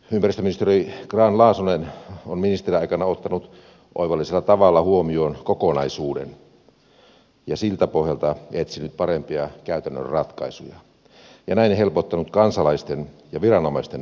ympäristöministeri grahn laasonen on ministeriaikana ottanut oivallisella tavalla huomioon kokonaisuuden ja siltä pohjalta etsinyt parempia käytännön ratkaisuja ja näin helpottanut kansalaisten ja viranomaisten elämää